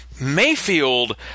Mayfield